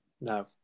No